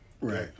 Right